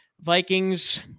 Vikings